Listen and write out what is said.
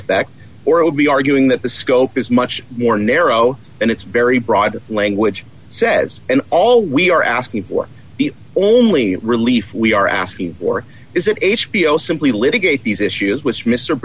effect or it would be arguing that the scope is much more narrow and it's very broad language says and all we are asking for the only relief we are asking for is that h b o simply litigate these issues which mister